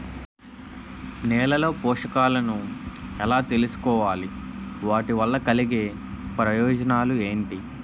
నేలలో పోషకాలను ఎలా తెలుసుకోవాలి? వాటి వల్ల కలిగే ప్రయోజనాలు ఏంటి?